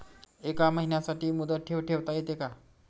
एका महिन्यासाठी मुदत ठेव ठेवता येते का?